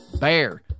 BEAR